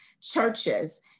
Churches